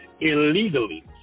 illegally